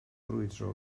brwydro